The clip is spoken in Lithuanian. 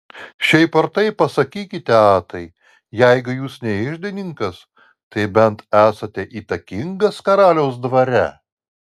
šiaip ar taip pasakykite atai jeigu jūs ne iždininkas tai bent esate įtakingas karaliaus dvare